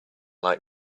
like